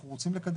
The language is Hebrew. אנחנו רוצים לקדם